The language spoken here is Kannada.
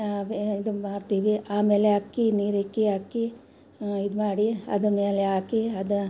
ಇದು ಮಾಡ್ತೀವಿ ಆಮೇಲೆ ಅಕ್ಕಿ ನೀರಿಕ್ಕಿ ಅಕ್ಕಿ ಇದು ಮಾಡಿ ಅದರ ಮೇಲೆ ಹಾಕಿ ಅದು